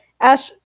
ash